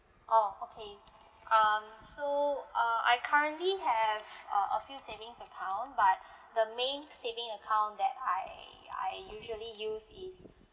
oh okay um so uh I currently have uh a few savings account but the main saving account that I I usually use is